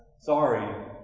sorry